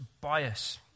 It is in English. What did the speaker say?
bias